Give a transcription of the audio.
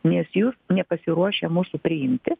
nes jūs nepasiruošę mūsų priimti